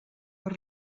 per